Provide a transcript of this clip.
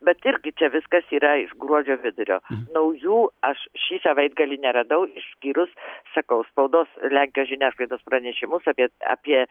bet irgi čia viskas yra iš gruodžio vidurio naujų aš šį savaitgalį neradau išskyrus sakau spaudos lenkijos žiniasklaidos pranešimus apie apie